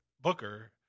Booker